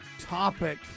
topic